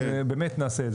אנחנו באמת נעשה את זה.